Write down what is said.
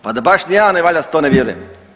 Pa da baš nijedan ne valja, to ne vjerujem.